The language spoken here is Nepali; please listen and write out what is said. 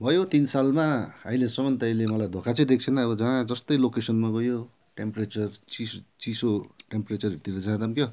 भयो तिन सालमा अहिलेसम्म त यसले मलाई धोका चाहिँ दिएको छैन अब जहाँ जस्तै लोकेसनमा गयो टेम्परेचर चिस चिसो टेम्परेचरहरूतिर जाँदा क्या